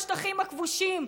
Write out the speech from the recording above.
בשטחים הכבושים,